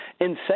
insane